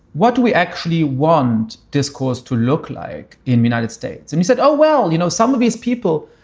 what do we actually want discourse to look like in united states? and he said, oh, well, you know, some of these people,